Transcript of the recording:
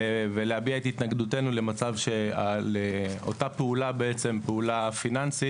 ולהביע את התנגדותנו למצב בו על אותה פעולה פיננסית